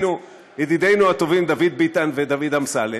ידידינו הטובים דוד ביטן ודוד אמסלם,